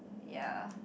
ya